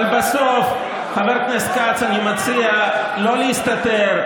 אבל בסוף, חבר הכנסת כץ, אני מציע לא להסתתר,